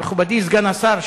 מכובדי סגן השר,